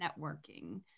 networking